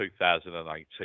2018